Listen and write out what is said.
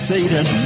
Satan